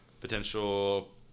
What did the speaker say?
potential